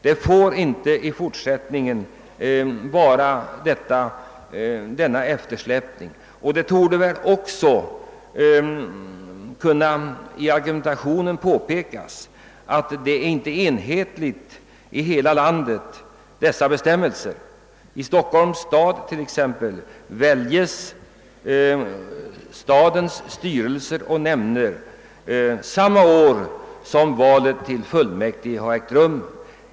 Det kan inte i fortsättningen få vara en sådan eftersläpning som nu. För övrigt är inte bestämmelserna enhetliga i hela landet. I Stockholms stad t.ex. väljs stadens styrelser och nämnder samma år som valet av fullmäktige har ägt rum.